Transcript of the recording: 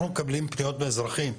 אנחנו מקבלים פניות מאזרחים,